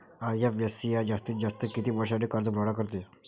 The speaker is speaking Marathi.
आय.एफ.सी.आय जास्तीत जास्त किती वर्षासाठी कर्जपुरवठा करते?